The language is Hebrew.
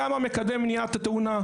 מקדם מניעת התאונה,